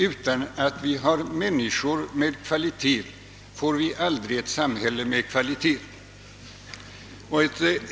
Utan människor med kvalitet får vi aldrig ett samhälle med kvalitet.